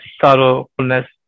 sorrowfulness